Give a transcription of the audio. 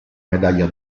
medaglia